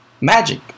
magic